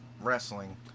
wrestling